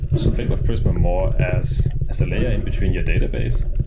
so think of prisma more as as a layer in between your database.